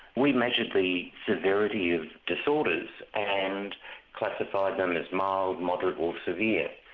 we measured the severity of disorders and classified them as mild, moderate or severe.